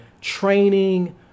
training